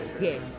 Yes